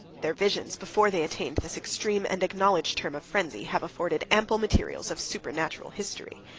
their visions, before they attained this extreme and acknowledged term of frenzy, have afforded ample materials of supernatural history.